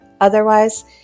Otherwise